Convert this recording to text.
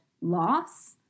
loss